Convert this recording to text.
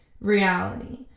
reality